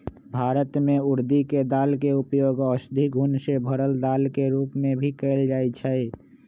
भारत में उर्दी के दाल के उपयोग औषधि गुण से भरल दाल के रूप में भी कएल जाई छई